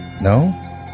No